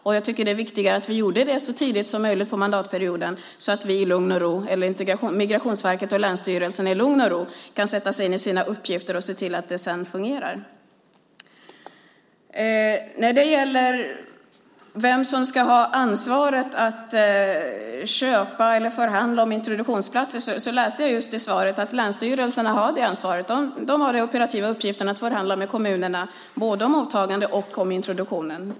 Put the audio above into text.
Jag tycker att det är viktigt att vi gjorde det så tidigt som möjligt på mandatperioden så att Migrationsverket och länsstyrelserna i lugn och ro kan sätta sig in i sina uppgifter och se till att det sedan fungerar. När det gäller vem som ska ha ansvaret att köpa eller förhandla om introduktionsplatser läste jag just i svaret att länsstyrelserna har det ansvaret. De har den operativa uppgiften att förhandla med kommunerna, både om mottagande och om introduktion.